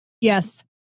Yes